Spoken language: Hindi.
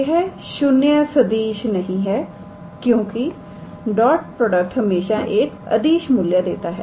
यह ⃗0⃗ सदिश नहीं है क्योंकि डॉट प्रोडक्ट हमेशा एक अदिश मूल्य देता है